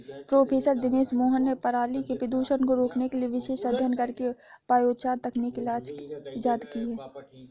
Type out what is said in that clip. professor Dinesh Mohan ने पराली के प्रदूषण को रोकने के लिए विशेष अध्ययन करके बायोचार तकनीक इजाद की है